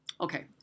Okay